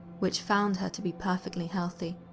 which found her to be perfectly healthy.